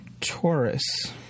Taurus